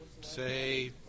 say